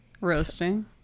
roasting